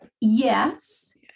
yes